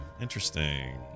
interesting